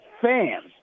fans